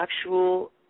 actual